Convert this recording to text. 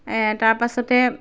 তাৰ পাছতে